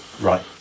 right